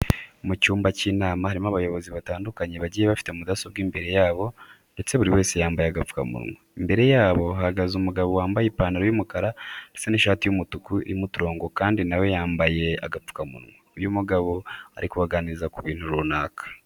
Mu cyumba cy'inama harimo abayobozi batandukanye bagiye bafite mudasobwa imbere yabo ndetse buri wese yambaye agapfukamunwa. Imbere yabo hahagaze umugabo wambaye ipantaro y'umukara ndetse n'ishati y'umutuku irimo uturongo kandi na we yambaye agapfukamunwa. Uyu mugabo ari kubaganiriza ku bintu runaka.